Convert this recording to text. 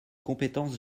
compétence